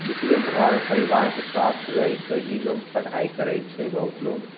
इसलिए घर परिवार साथ रहिके ही लोक पढ़ाइ करै छै बहुत लोक